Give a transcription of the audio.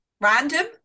random